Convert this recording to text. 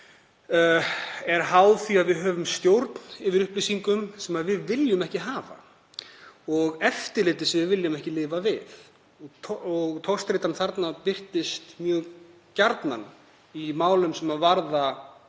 sem er háð því að við höfum stjórn á upplýsingum sem við viljum ekki hafa og eftirliti sem við viljum ekki lifa við. Togstreitan þarna birtist mjög gjarnan í vandamálum sem eru